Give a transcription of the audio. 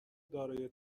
دارای